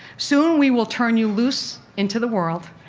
soon we will turn you loose into the world,